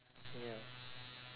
ya